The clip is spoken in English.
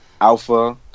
Alpha